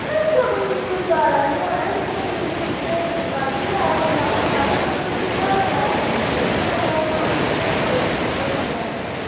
खर्चा कोई जादै निं होना ऐ तुसें कश गै लाई ओड़ेओ कुदै ज्हार रपेआ हारा नंबर लग्गी जाना खाने पीने गी होर नेईं